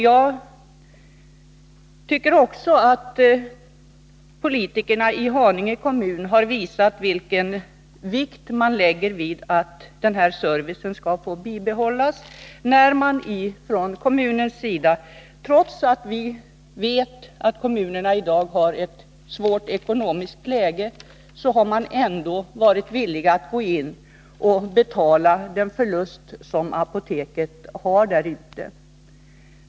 Jag tycker också att politikerna i Haninge kommun har visat vilken vikt man lägger vid att denna service skall få bibehållas när man från kommunens sida — trots att vi vet att kommunerna i dag har ett svårt ekonomiskt läge — varit villig att betala den förlust som Dalarö apotek har.